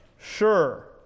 sure